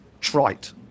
trite